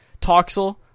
Toxel